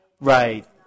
Right